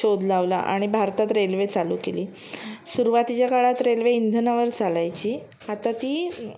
शोध लावला आणि भारतात रेल्वे चालू केली सुरवातीच्या काळात रेल्वे इंधनावर चालायची आता ती